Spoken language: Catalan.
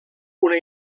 una